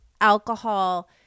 alcohol